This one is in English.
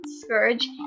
scourge